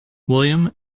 william